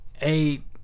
eight